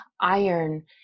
Iron